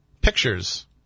pictures